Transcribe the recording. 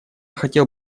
хотел